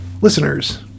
listeners